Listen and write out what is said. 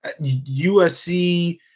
USC